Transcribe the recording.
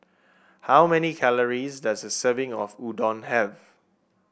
how many calories does a serving of Udon have